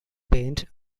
paint